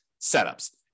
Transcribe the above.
setups